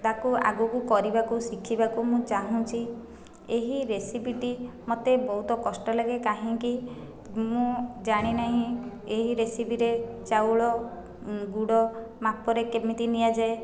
ତାକୁ ଆଗକୁ କରିବାକୁ ଶିଖିବାକୁ ମୁଁ ଚାହୁଁଛି ଏହି ରେସିପିଟି ମୋତେ ବହୁତ କଷ୍ଟଲାଗେ କାହିଁକି ମୁଁ ଜାଣିନାହିଁ ଏହି ରେସିପିରେ ଚାଉଳ ଗୁଡ଼ ମାପରେ କେମିତି ନିଆଯାଏ